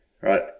right